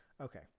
Okay